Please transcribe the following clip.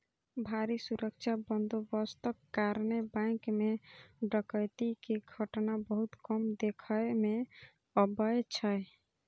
भारी सुरक्षा बंदोबस्तक कारणें बैंक मे डकैती के घटना बहुत कम देखै मे अबै छै